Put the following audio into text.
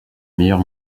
meilleur